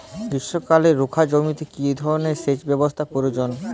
গ্রীষ্মকালে রুখা জমিতে কি ধরনের সেচ ব্যবস্থা প্রয়োজন?